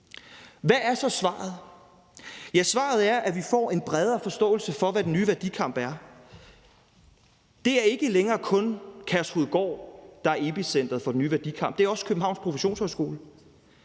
Hvad er så svaret? Ja, svaret er, at vi får en bredere forståelse for, hvad den nye værdikamp er. Det er ikke længere kun Kærshovedgård, der er epicenteret for den nye værdikamp, det er også Københavns Professionshøjskole.